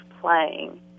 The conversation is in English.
playing